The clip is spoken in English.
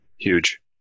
Huge